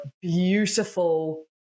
beautiful